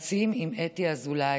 "רצים עם אתי אזולאי".